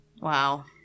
Wow